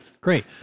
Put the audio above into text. Great